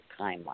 timeline